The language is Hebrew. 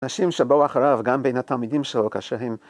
‫נשים שבאו אחריו, ‫גם בין התלמידים שלו, כשהם...